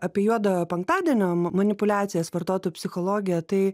apie juodojo penktadienio manipuliacijas vartotojų psichologija tai